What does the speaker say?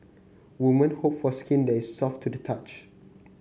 women hope for skin that is soft to the touch